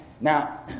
Now